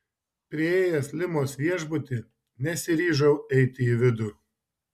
priėjęs limos viešbutį nesiryžau eiti į vidų